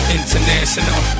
international